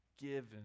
given